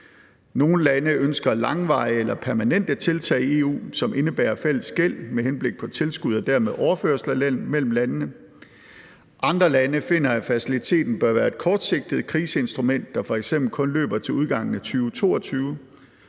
Nogle lande ønsker langvarige eller permanente tiltag i EU, som indebærer fælles gæld med henblik på tilskud og dermed overførsler mellem landene. Andre lande finder, at faciliteten bør være et kortsigtet kriseinstrument, der f.eks. kun løber til udgangen af 2022,